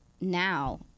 now